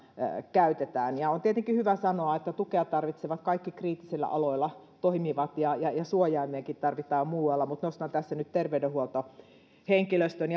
käytetään on tietenkin hyvä sanoa että tukea tarvitsevat kaikki kriittisillä aloilla toimivat ja ja suojaimiakin tarvitaan muualla mutta nostan tässä nyt terveydenhuoltohenkilöstön